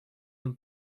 and